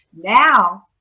Now